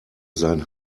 sein